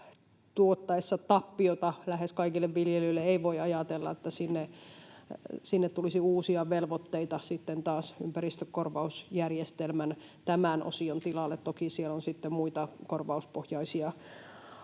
tuottaessa tappiota lähes kaikille viljelijöille, ei voi ajatella, että sinne tulisi uusia velvoitteita sitten taas ympäristökorvausjärjestelmän tämän osion tilalle. Toki siellä on sitten muita korvauspohjaisia asioita.